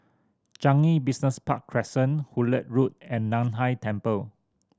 Changi Business Park Crescent Hullet Road and Nan Hai Temple